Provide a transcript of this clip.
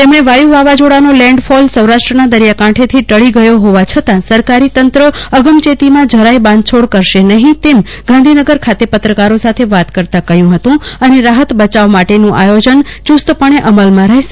તેમણે વાયુ વાવાઝોડાના લેન્ડફોલ સૌરાષ્ટ્રના દરિયાકાંઠેથી ટળી ગયો હોવા છતાં સરકારી તંત્ર અગમચેતીમાં જરાય બાંધછોડ કરશે નહીં તેમ ગાંધીનગર ખાતે પત્રકારો સાથે વાત કરતાં કહયું હતું અને રાહત અને બચાવ માટનું આયોજન ચુસ્તપણે અમલમાં રહેશે